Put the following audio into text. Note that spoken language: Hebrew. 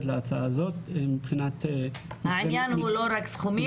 להצעה הזאת -- העניין הוא לא רק סכומים,